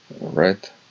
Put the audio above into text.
Right